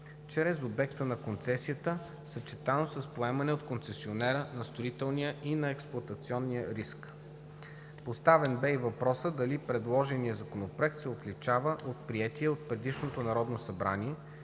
чрез обекта на концесията, съчетано с поемане от концесионера на строителния и на експлоатационния риск. Поставен бе и въпросът дали предложеният Законопроект се отличава от приетия от предишното Народно събрание